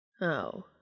Oh